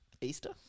Easter